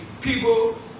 people